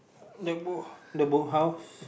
the boat the boathouse